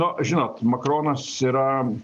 nu žinot makronas yra